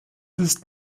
ist